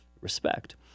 respect